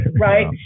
right